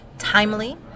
timely